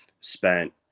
spent